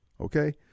Okay